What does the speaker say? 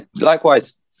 likewise